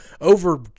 over